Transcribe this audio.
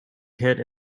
hit